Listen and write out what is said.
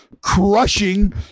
crushing